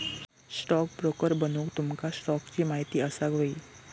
stockbroker बनूक तुमका स्टॉक्सची महिती असाक व्हयी